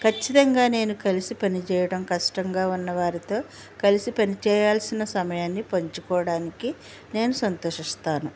ఖచ్చితంగా నేను కలిసి పని చేయడం కష్టంగా ఉన్న వారితో కలిసి పనిచేయాల్సిన సమయాన్ని పంచుకోవడానికి నేను సంతోషిస్తాను